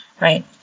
right